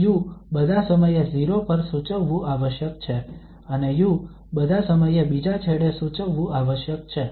પછી શરત u બધા સમયે 0 પર સૂચવવું આવશ્યક છે અને u બધા સમયે બીજા છેડે સૂચવવું આવશ્યક છે